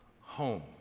home